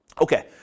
Okay